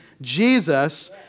Jesus